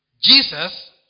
Jesus